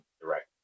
direct